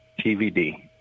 TVD